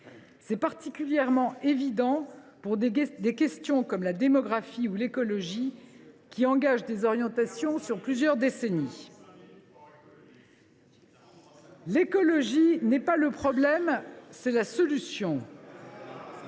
est particulièrement évident concernant les questions de démographie ou d’écologie, qui engagent des orientations sur plusieurs décennies. « L’écologie n’est pas le problème. C’est la solution.